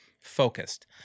focused